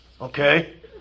Okay